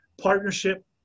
partnership